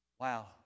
wow